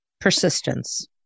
Persistence